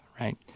Right